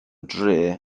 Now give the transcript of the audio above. dre